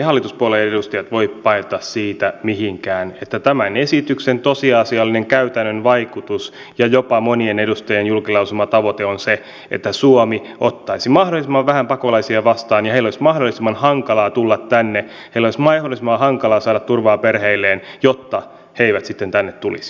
eivät hallituspuolueiden edustajat voi paeta siitä mihinkään että tämän esityksen tosiasiallinen käytännön vaikutus ja jopa monien edustajien julki lausuma tavoite on se että suomi ottaisi mahdollisimman vähän pakolaisia vastaan heille olisi mahdollisimman hankalaa tulla tänne ja heille olisi mahdollisimman hankalaa saada turvaa perheilleen jotta he eivät sitten tänne tulisi